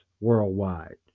worldwide